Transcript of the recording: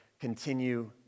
continue